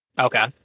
okay